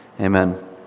Amen